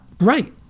Right